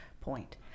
point